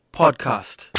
podcast